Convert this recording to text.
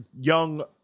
young